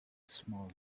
small